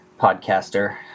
podcaster